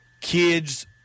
kids